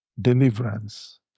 deliverance